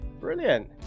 brilliant